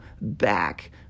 back